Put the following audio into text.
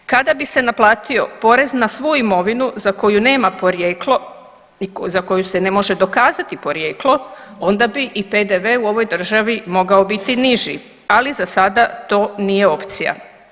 Kada bi se naplatio porez na svu imovinu za koju nema porijeklo i za koju se ne može dokazati porijeklo onda bi i PDV u ovoj državi mogao biti niži, ali za sada to nije opcija.